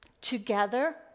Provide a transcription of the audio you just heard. together